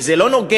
וזה לא נוגד,